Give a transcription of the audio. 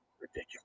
Ridiculous